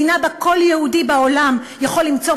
מדינה שבה כל יהודי בעולם יכול למצוא